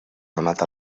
donat